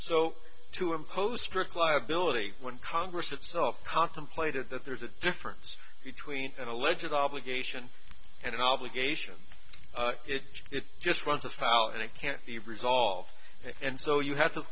so to impose strict liability when congress itself contemplated that there is a difference between an allegedly obligation and an obligation it just runs afoul and it can't be resolved and so you have to